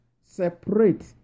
separate